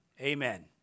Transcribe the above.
Amen